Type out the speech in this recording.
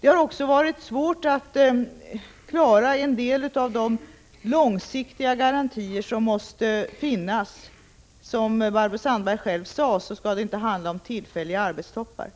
Det har också varit svårt att klara en del av de långsiktiga garantier som måste finnas. Som Barbro Sandberg själv sade skall det inte handla om tillfälliga arbetstoppar.